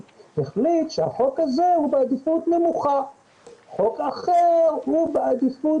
תהיה סמכות לשר האוצר לקצץ בתקציב